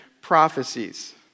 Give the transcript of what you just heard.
prophecies